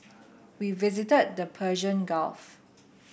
we visited the Persian Gulf